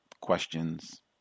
questions